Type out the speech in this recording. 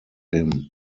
him